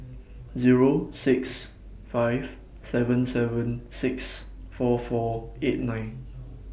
Zero six five seven seven six four four eight nine